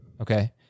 Okay